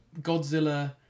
Godzilla